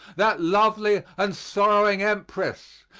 that lovely and sorrowing empress,